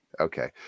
Okay